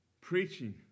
preaching